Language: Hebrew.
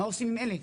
מה עושים עם אלה?